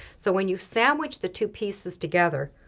so when you sandwich the two pieces together,